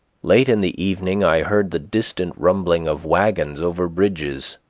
late in the evening i heard the distant rumbling of wagons over bridges